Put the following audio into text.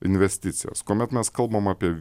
investicijas kuomet mes kalbam apie